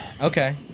Okay